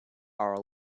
our